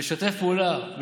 לשתף פעולה,